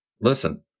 Listen